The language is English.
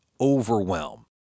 Overwhelm